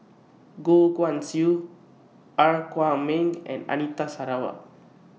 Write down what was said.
Goh Guan Siew Er Kwong Wah and Anita Sarawak